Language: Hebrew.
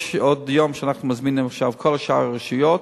יש יום נוסף שאנחנו מזמינים את כל שאר הרשויות,